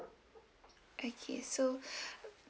okay so